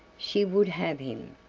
she would have him.